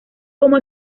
como